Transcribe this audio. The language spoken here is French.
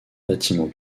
bâtiment